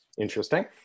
Interesting